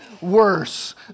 worse